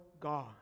God